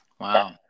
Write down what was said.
Wow